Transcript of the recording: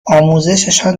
آموزششان